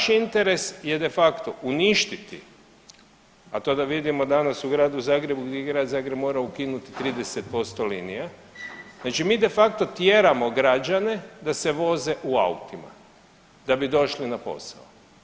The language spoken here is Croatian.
Vaš interes je de facto uništiti, a to da vidimo danas u Gradu Zagrebu gdje Grad Zagreb mora ukinuti 30% linija, znači mi de facto tjeramo građane da se voze u autima da bi došli na posao.